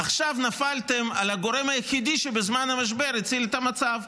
עכשיו נפלתם על הגורם היחידי שבזמן המשבר הציל את המצב,